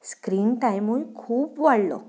screen टायमूय खूब वाडलो